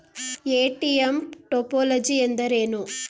ATM topology ಎಂದರೇನು?